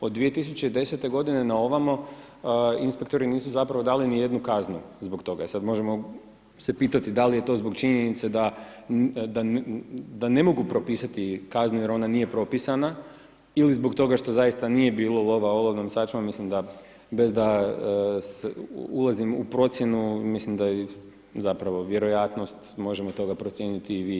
Od 2010. godine na ovamo inspektori nisu zapravo dali ni jednu kaznu zbog toga i sad možemo se pitati da li to zbog činjenice da ne mogu propisati kaznu jer ona nije propisana ili zbog toga što zaista nije bilo lova olovnom sačmom mislim da bez da ulazim u procjenu mislim da je zapravo vjerojatnost možemo toga procijeniti i vi i ja.